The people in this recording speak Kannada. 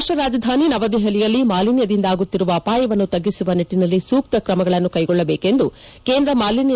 ರಾಷ್ಟ್ರ ರಾಜಧಾನಿ ನವದೆಹಲಿಯಲ್ಲಿ ಮಾಲಿನ್ಯದಿಂದಾಗುತ್ತಿರುವ ಅಪಾಯವನ್ನು ತಗ್ಗಿಸುವ ನಿಟ್ಟಿನಲ್ಲಿ ಸೂಕ್ತ ಕ್ರಮಗಳನ್ನು ಕೈಗೊಳ್ಳಬೇಕೆಂದು ಕೇಂದ್ರ ಮಾಲಿನ್ಯ